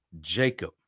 Jacob